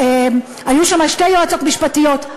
היו שם שתי יועצות משפטיות,